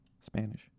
Spanish